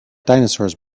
dinosaurs